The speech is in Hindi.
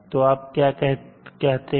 अब आप क्या कहते हैं